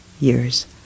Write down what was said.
years